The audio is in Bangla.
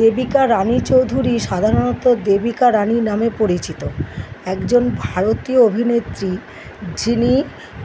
দেবিকা রানী চৌধুরী সাধারণত দেবিকা রানী নামে পরিচিত একজন ভারতীয় অভিনেত্রী যিনি